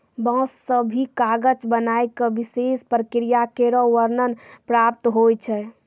बांस सें भी कागज बनाय क विशेष प्रक्रिया केरो वर्णन प्राप्त होय छै